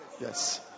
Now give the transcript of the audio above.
Yes